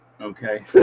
Okay